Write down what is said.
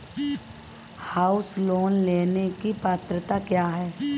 House loan लेने की पात्रता क्या है?